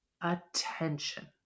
attention